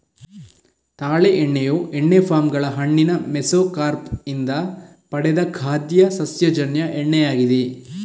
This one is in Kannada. ತಾಳೆ ಎಣ್ಣೆಯು ಎಣ್ಣೆ ಪಾಮ್ ಗಳ ಹಣ್ಣಿನ ಮೆಸೊಕಾರ್ಪ್ ಇಂದ ಪಡೆದ ಖಾದ್ಯ ಸಸ್ಯಜನ್ಯ ಎಣ್ಣೆಯಾಗಿದೆ